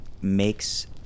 makes